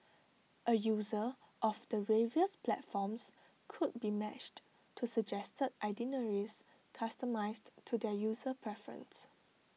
A user of the various platforms could be matched to suggested itineraries customised to their user preference